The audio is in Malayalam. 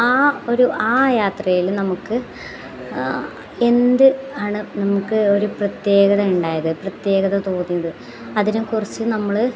ആ ഒരു ആ യാത്രയിൽ നമുക്ക് എന്ത് ആണ് നമുക്ക് ഒരു പ്രത്യേകത ഉണ്ടായത് പ്രത്യേകത തോന്നിയത് അതിനെക്കുറിച്ച് നമ്മൾ